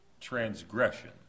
transgression